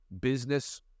business